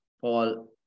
Paul